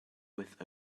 with